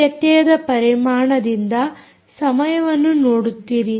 ಈ ವ್ಯತ್ಯಯದ ಪರಿಮಾಣದಿಂದ ಸಮಯವನ್ನು ನೋಡುತ್ತಿರಿ